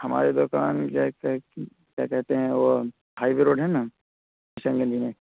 ہمارے دکان کیا کہتے ہیں وہ ہائی وے روڈ ہے نا کشن گنج میں